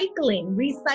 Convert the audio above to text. recycling